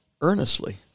earnestly